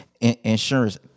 insurance